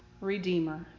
Redeemer